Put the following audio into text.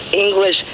English